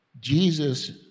Jesus